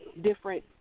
different